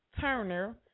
Turner